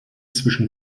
zwischen